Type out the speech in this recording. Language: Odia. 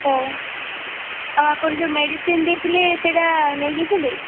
ହଉ ଆଉ ଆପଣ ଯେଉଁ ମେଡ଼ିସିନ ଦେଇଥିଲେ ସେଇଟା ନେଇକି ଯିବି